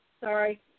Sorry